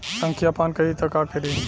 संखिया पान करी त का करी?